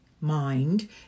mind